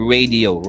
Radio